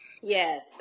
Yes